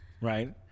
right